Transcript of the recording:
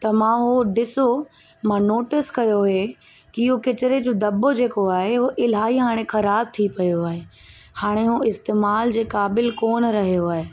त मां उहो ॾिठो मां नोटिस कयो इहे की इहो कचिरे जो दॿो जेको आहे उहो इलाही हाणे ख़राब थी पियो आहे हाणे उहो इस्तेमाल जे क़ाबिलु कोन रहियो आहे